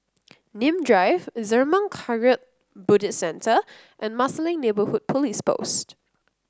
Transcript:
Nim Drive Zurmang Kagyud Buddhist Centre and Marsiling Neighbourhood Police Post